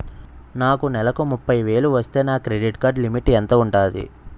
నాకు నెలకు ముప్పై వేలు వస్తే నా క్రెడిట్ కార్డ్ లిమిట్ ఎంత ఉంటాది?